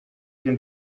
den